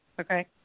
Okay